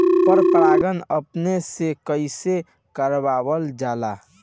पर परागण अपने से कइसे करावल जाला?